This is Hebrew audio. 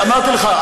אמרתי לך,